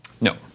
No